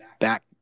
Back